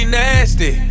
nasty